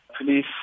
Police